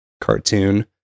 cartoon